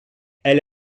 elle